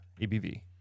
ABV